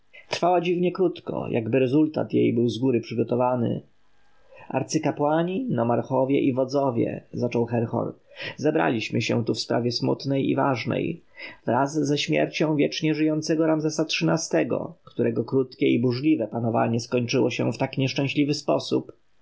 trwała dziwnie krótko jakby rezultat jej zgóry był przygotowany arcykapłani nomarchowie i wodzowie zaczął herhor zebraliśmy się tu w sprawie smutnej i ważnej wraz ze śmiercią wiecznie żyjącego ramzesa xiii-go którego krótkie i burzliwe panowanie skończyło się w tak nieszczęśliwy sposób